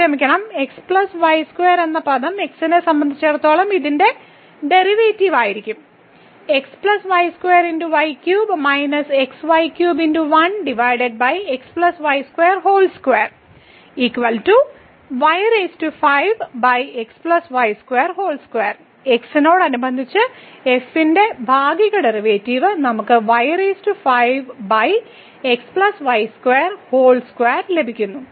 ക്ഷമിക്കണം x y2 എന്ന പദം x നെ സംബന്ധിച്ചിടത്തോളം ഇതിന്റെ ഡെറിവേറ്റീവ് ആയിരിക്കും x നോടനുബന്ധിച്ച് f ന്റെ ഭാഗിക ഡെറിവേറ്റീവ് നമുക്ക് ലഭിക്കുന്നു